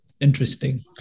interesting